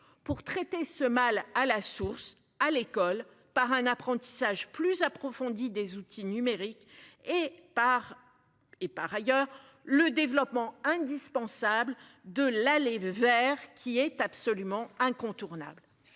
pour traiter ce mal à la source, à l'école par un apprentissage plus approfondie des outils numériques et par et par ailleurs le développement indispensable de l'aller vers qui est absolument incontournable.